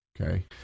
okay